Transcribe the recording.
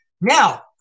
Now